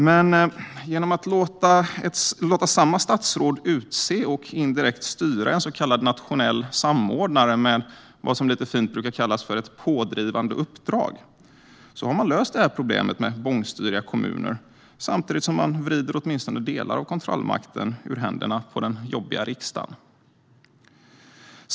Men genom att låta samma statsråd utse och indirekt styra en så kallad nationell samordnare med vad som lite fint brukar kallas för ett pådrivande uppdrag har man löst problemet med bångstyriga kommuner samtidigt som man vrider åtminstone delar av kontrollmakten ur händerna på den jobbiga riksdagen.